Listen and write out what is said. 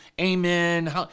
amen